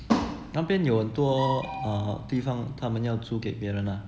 那边有很多 err 地方他们要租给别人 ah